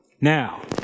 Now